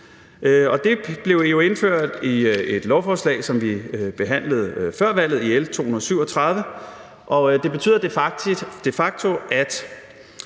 Det blev jo indført i et lovforslag, som vi behandlede før valget, nemlig L 237, og det betyder de facto, at